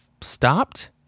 stopped